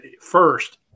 first